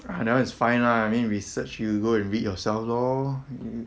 ah that one is fine lah I mean research you go and read yourself lor